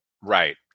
Right